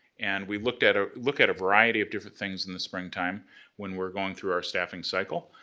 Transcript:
and we look at ah look at a variety of different things in the springtime when we're going through our staffing cycle.